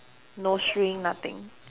no string nothing